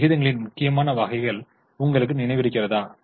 விகிதங்களின் முக்கியமான வகைகள் உங்களுக்கு நினைவிருக்கிறதா